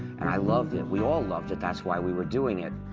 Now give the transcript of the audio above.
and i loved it, we all loved it. that's why we were doing it.